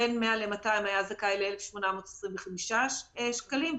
בין 200,000-100,000 היה זכאי ל-1,825 שקלים.